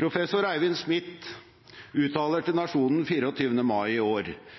Professor Eivind Smith uttalte til Nationen 24. mai i år